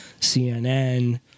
CNN